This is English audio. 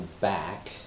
back